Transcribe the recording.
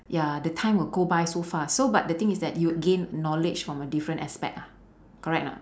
ya the time will go by so fast so but the thing is that you gain knowledge from a different aspect ah correct or not